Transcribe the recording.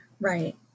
Right